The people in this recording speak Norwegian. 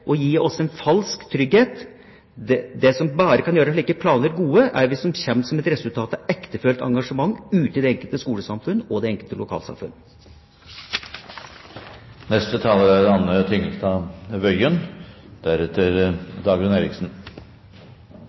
og gi oss en falsk trygghet. Slike planer blir bare gode hvis de kommer som resultat av et ektefølt engasjement ute i det enkelte skolesamfunn og det enkelte lokalsamfunn. Først en takk til forslagsstillerne for ønsket om å forsterke innsatsen mot mobbing. Det er